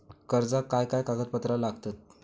कर्जाक काय काय कागदपत्रा लागतत?